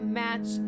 match